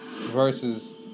Versus